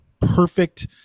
perfect